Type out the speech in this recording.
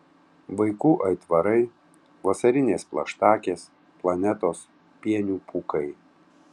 vaikų aitvarai vasarinės plaštakės planetos pienių pūkai